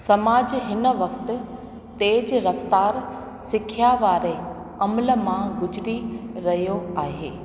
समाज हिन वक़्त तेज रफ्तार सिख्या वारे अमल मां गुज़री रहियो आहे